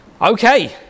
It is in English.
Okay